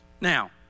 Now